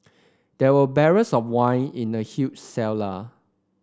there were barrels of wine in the huge cellar